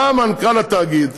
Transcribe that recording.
בא מנכ"ל התאגיד